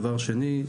דבר שני,